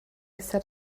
set